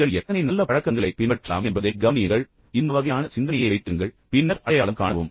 நீங்கள் எத்தனை நல்ல பழக்கங்களை பின்பற்றலாம்என்பதை கவனியுங்கள் இந்த வகையான சிந்தனையை வைத்திருங்கள் பின்னர் அடையாளம் காணவும்